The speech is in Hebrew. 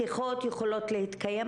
השיחות יכולות להתקיים,